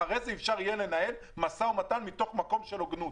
אחרי זה אפשר יהיה לנהל משא ומתן מתוך מקום של הוגנות.